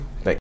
thank